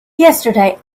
yesterday